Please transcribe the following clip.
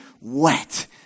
wet